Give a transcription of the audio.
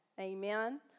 Amen